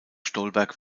stolberg